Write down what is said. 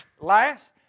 Last